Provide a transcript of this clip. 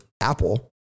Apple